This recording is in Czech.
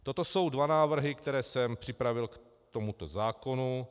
Toto jsou dva návrhy, které jsem připravil k tomuto zákonu.